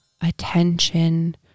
attention